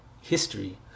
history